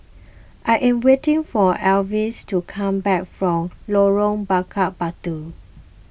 I am waiting for Alvis to come back from Lorong Bakar Batu